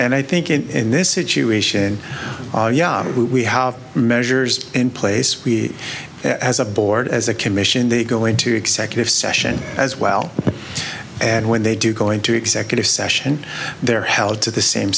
and i think in this situation we have measures in place we as a board as a commission they go into executive session as well and when they do go into executive session they're held to the same